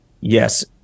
yes